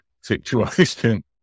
situation